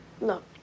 Look